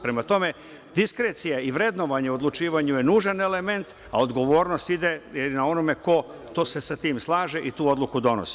Prema tome, diskrecija i vrednovanje odlučivanju je nužan element, a odgovornost ide, je na onome ko se sa tim slaže i tu odluku donosi.